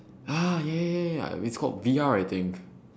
ah ya ya ya ya it's called V_R I think